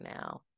now